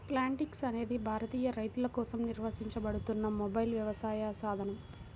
Plantix అనేది భారతీయ రైతులకోసం నిర్వహించబడుతున్న మొబైల్ వ్యవసాయ సాధనం